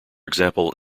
example